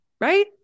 right